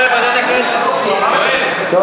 שיועבר לוועדת הכנסת.